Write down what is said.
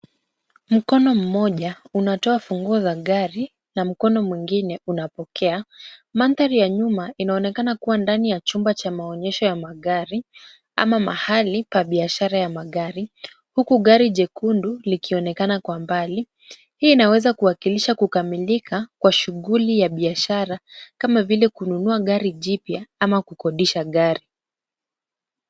Mkono mmoja unatoa funguo za gari na mkono mwengine unapokea. Mandhari ya nyuma inaonekana kuwa ndani ya chumba cha maonyesho ya magari ama mahali pa biashara ya magari huku gari jekundu likionekana kwa mbali. Hii inaweza kuwakilisha kukamilika kwa shughuli ya biashara kama vile kununua gari jipya ama kukodisha gari.